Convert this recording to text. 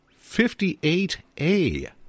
58a